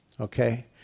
Okay